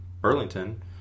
Burlington